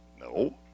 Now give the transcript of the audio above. No